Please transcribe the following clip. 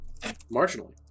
marginally